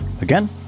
Again